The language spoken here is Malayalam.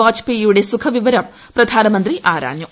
വാജ്പേയിയുടെ സുഖവിവരം പ്രധാനമന്ത്രി ആരാഞ്ഞു